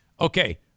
Okay